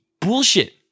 bullshit